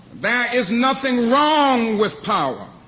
there is nothing wrong with power